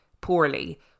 poorly